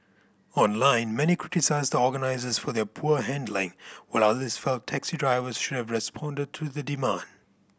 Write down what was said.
online many criticised the organisers for their poor handling while others felt taxi drivers should have responded to the demand